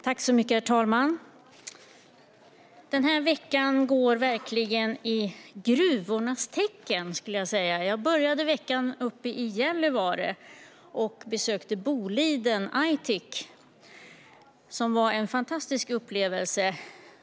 Herr talman! Den här veckan går verkligen i gruvornas tecken. Jag började veckan uppe i Gällivare och besökte Boliden Aitik. Det var en fantastisk upplevelse.